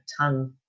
tongue